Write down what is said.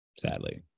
Sadly